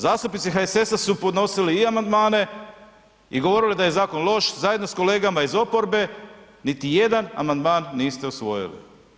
Zastupnici HSS-a su podnosili i amandmane i govorili da je zakon loš zajedno s kolegama iz oporbe, niti jedan amandman niste usvojili.